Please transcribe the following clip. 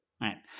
right